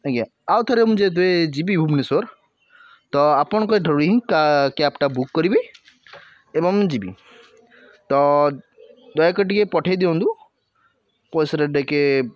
ଆଜ୍ଞା ଆଉ ଥରେ ମୁଁ ଯେବେ ଯିବି ଭୁବନେଶ୍ୱର ତ ଆପଣଙ୍କଠାରୁ ହିଁ କ୍ୟାବ୍ଟା ବୁକ୍ କରିବି ଏବଂ ମୁଁ ଯିବି ତ ଦୟାକରି ଟିକିଏ ପଠେଇଦିଅନ୍ତୁ ପଇସାର ଟିକିଏ